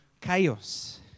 chaos